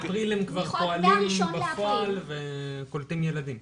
מאפריל הם כבר פועלים בפועל וקולטים ילדים.